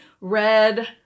red